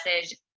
message